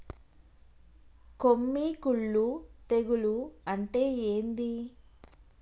కొమ్మి కుల్లు తెగులు అంటే ఏంది?